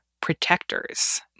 protectors